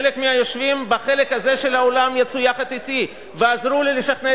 חלק מהיושבים בחלק הזה של האולם יצאו יחד אתי ועזרו לי לשכנע